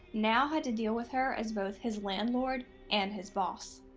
now had to deal with her as both his landlord and his boss.